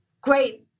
great